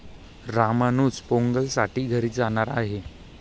रामानुज पोंगलसाठी घरी जाणार आहे